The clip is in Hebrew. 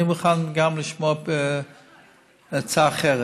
אני מוכן לשמוע עצה אחרת.